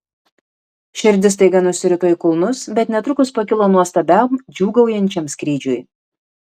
širdis staiga nusirito į kulnus bet netrukus pakilo nuostabiam džiūgaujančiam skrydžiui